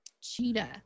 Cheetah